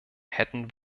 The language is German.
hätten